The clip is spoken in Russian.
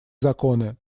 законы